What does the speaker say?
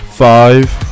Five